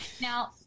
Now-